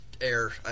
Air